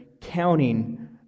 counting